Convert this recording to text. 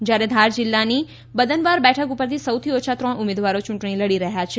જયારે ધાર જિલ્લાની બદનવાર બેઠક ઉપરથી સૌથી ઓછા ત્રણ ઉમેદવારો યૂંટણી લડી રહ્યા છે